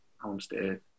homestead